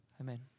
Amen